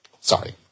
Sorry